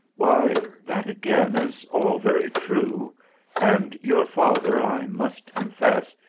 why, that again is all very true and your father, i must confess,